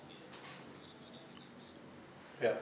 ya